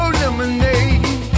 lemonade